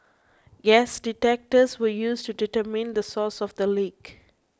gas detectors were used to determine the source of the leak